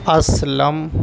Aslam